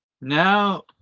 Now